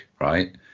Right